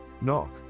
Knock